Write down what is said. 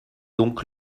donc